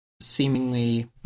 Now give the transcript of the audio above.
seemingly